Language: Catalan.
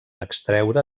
extreure